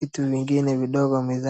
vitu vingine vidogo meza.